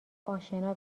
آشنا